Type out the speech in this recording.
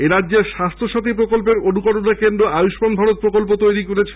এরাজ্যের স্বাস্থ্য সাথী প্রকল্পের অনুকরণে কেন্দ্র আয়ুষ্মান ভারত প্রকল্প তৈরি করেছে